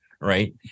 Right